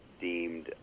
deemed